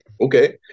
Okay